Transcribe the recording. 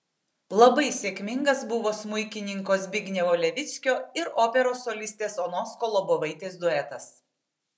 labai sėkmingas buvo smuikininko zbignevo levickio ir operos solistės onos kolobovaitės duetas